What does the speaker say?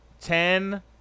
ten